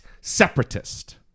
separatist